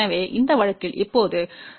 எனவே இந்த வழக்கில் இப்போது 10 50 0